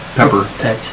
pepper